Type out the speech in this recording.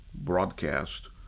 broadcast